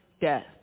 death